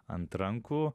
ant rankų